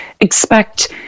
expect